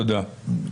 תודה.